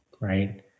right